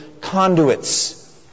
conduits